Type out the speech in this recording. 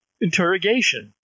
interrogation